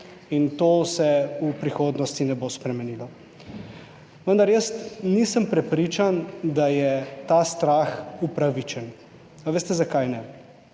in to se v prihodnosti ne bo spremenilo. Vendar jaz nisem prepričan, da je ta strah upravičen. A veste zakaj ne?